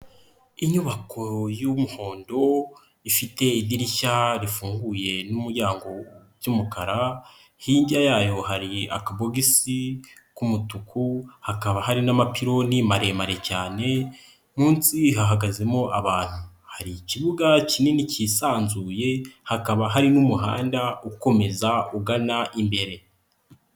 Inyubako y'umuhondo ifite idirishya rifunguye n'umuryango w'umukara hirya yayo hari akabogisi k'umutuku hakaba hari n'amapiloni maremare cyane munsi hahagazemo abantu, hari ikibuga kinini kisanzuye hakaba hari n'umuhanda ukomeza ugana imbere.